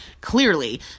clearly